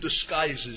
disguises